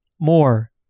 More